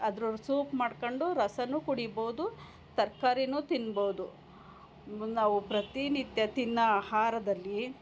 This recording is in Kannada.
ಅದ್ರ ಸೂಪ್ ಮಾಡಿಕೊಂಡು ರಸವೂ ಕುಡಿಬೋದು ತರಕಾರಿನು ತಿನ್ಬೋದು ಮುನ್ನ ನಾವು ಪ್ರತಿ ನಿತ್ಯ ತಿನ್ನೋ ಆಹಾರದಲ್ಲಿ